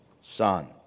son